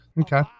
Okay